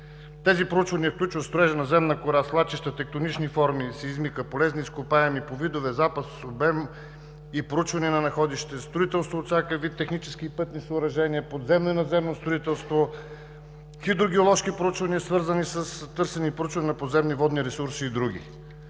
Тези проучвания включват строежа на земна кора, свлачища, тектонични форми, сеизмика, полезни изкопаеми по видове, запас, обем и проучвания на находища, строителство от всякакъв вид технически и пътни съоръжения, подземно и надземно строителство, хидрогеоложки проучвания, свързани с търсене и проучване на подземни водни ресурси и други.